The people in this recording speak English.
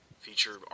featured